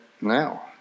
now